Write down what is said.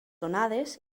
onades